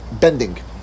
bending